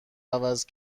عوض